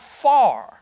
far